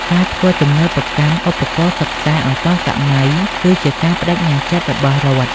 ការធ្វើទំនើបកម្មឧបករណ៍សិក្សាឱ្យទាន់សម័យ គឺជាការប្ដេជ្ញាចិត្តរបស់រដ្ឋ។